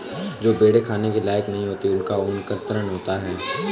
जो भेड़ें खाने के लायक नहीं होती उनका ऊन कतरन होता है